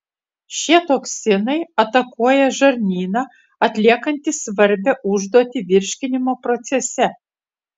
šie toksinai atakuoja žarnyną atliekantį svarbią užduotį virškinimo procese